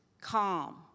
calm